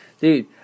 Dude